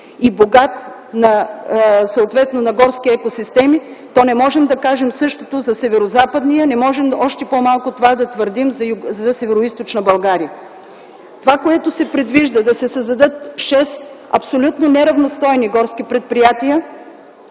съответно на горски екосистеми, то не можем да кажем същото за Северозападния, не можем да твърдим това и за Североизточна България. Това, което се предвижда, да се създадат шест абсолютно неравностойни горски предприятия,